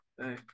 Hey